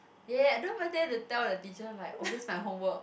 ya ya ya don't even dare to tell the teacher like oh that's my homework